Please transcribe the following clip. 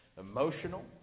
emotional